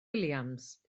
williams